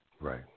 Right